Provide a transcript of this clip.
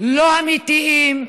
לא אמיתיים,